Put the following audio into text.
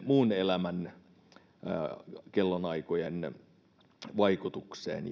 muun elämän kellonaikojen vaikutukseen